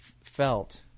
felt –